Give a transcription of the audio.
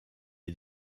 est